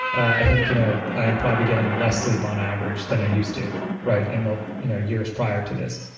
i think you know i am probably getting less sleep on average than i used to in and the you know years prior to this.